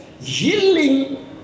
healing